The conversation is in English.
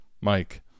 Mike